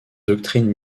doctrines